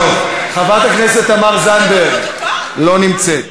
חברת הכנסת תמר זנדברג, לא נמצאת.